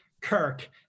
Kirk